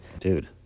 dude